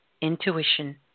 Intuition